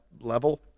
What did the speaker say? level